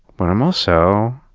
but i'm also,